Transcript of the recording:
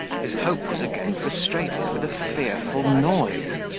his hope was again frustrated with a fearful noise,